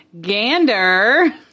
gander